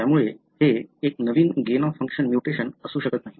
त्यामुळे हे एक नवीन गेन ऑफ फंक्शन म्युटेशन्स असू शकत नाही